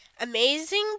amazing